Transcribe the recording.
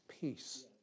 peace